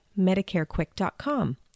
medicarequick.com